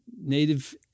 native